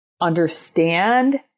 understand